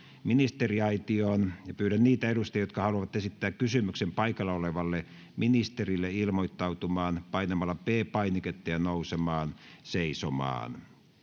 ministeriaitioon pyydän niitä edustajia jotka haluavat esittää kysymyksen ministerille ilmoittautumaan painamalla p painiketta ja nousemalla seisomaan